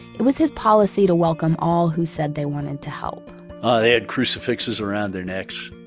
it was his policy to welcome all who said they wanted to help they had crucifixes around their necks,